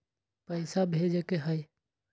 पैसा भेजे के हाइ?